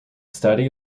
study